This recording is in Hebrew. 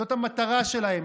זאת המטרה שלהם,